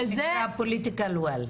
זה מה שנקרא Political Will.